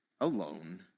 alone